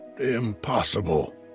Impossible